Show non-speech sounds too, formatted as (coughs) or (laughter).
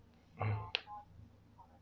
(coughs)